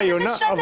מה זה משנה?